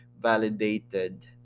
validated